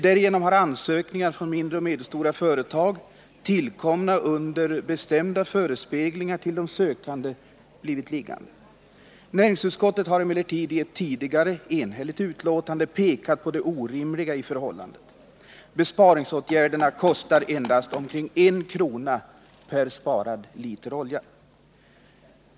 Därigenom har ansökningar från mindre och 191 medelstora företag, tillkomna under bestämda förespeglingar till de sökande, blivit liggande. Näringsutskottet har emellertid i ett tidigare, enhälligt betänkande visat på det orimliga i förhållandet. Besparingsåtgärderna kostar endast omkring 1 kr. per sparad liter olja.